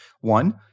One